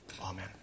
Amen